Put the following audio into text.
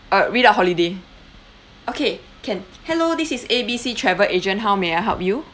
uh read out holiday okay can hello this is A B C travel agent how may I help you